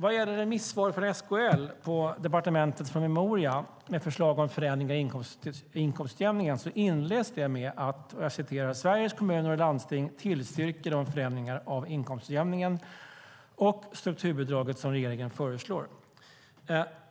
Vad gäller remissvar från SKL på departementets promemoria med förslag om förändring av inkomstutjämningen inleds det med följande: "Sveriges Kommuner och Landsting tillstyrker de förändringar av inkomstutjämningen och strukturbidraget som Regeringen föreslår."